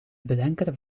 bedenker